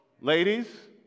Ladies